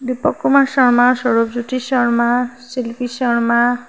Dipak Kumar Sharma Saurabhjyoti Sharma Shilpi Sharma